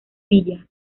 villa